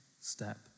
step